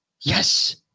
Yes